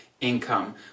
income